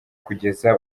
kugeza